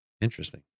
Interesting